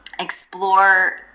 explore